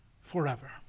forever